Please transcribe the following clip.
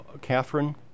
Catherine